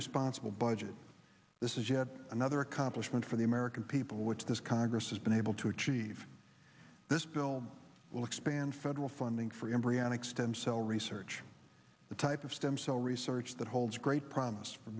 responsible budget this is yet another accomplishment for the american people which this congress has been able to achieve this bill will expand federal funding for embryonic stem cell research the type of stem cell research that holds great promise for